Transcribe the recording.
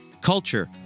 culture